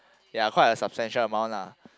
ya quite a substantial amount lah